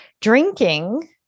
Drinking